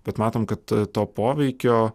bet matom kad to poveikio